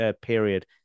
period